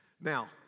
Now